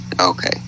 okay